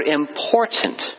important